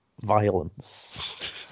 violence